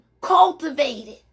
cultivated